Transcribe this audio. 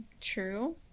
True